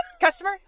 customer